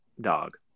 dog